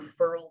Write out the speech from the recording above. referral